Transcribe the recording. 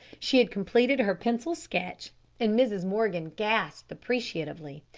she had completed her pencil sketch and mrs. morgan gasped appreciatively.